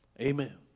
Amen